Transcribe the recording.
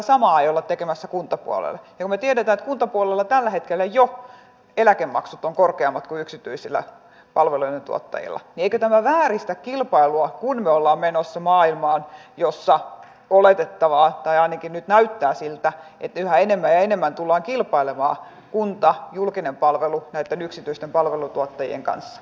se voisi olla yksi tällainen hanke jolla me tiedetään kuntapuolella tällä hetkellä jo eläkemaksutonkorkeammat voisimme kotiuttaa vähän noita rahoja niitä jäsenmaksuja mitä me ollaan menossa maailmaan jossa oletettavaa tai ainakin nyt näyttää siltä ettei maidemme enemmän tullaan kilpaileva kunta julkinen palvelu maksamme jäsenyydestä euroopan unionissa